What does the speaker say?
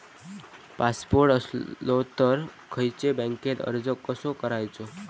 Passport असलो तर खयच्या बँकेत अर्ज कसो करायचो?